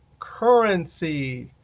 currency,